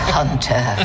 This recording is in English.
hunter